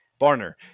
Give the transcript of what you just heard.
Barner